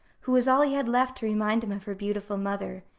who was all he had left to remind him of her beautiful mother,